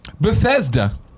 Bethesda